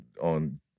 on